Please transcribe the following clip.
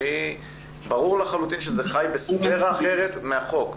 ברור לחלוטין שזאת תשובה שחיה בספרה אחרת מהחוק.